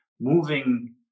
moving